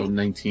19